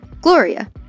Gloria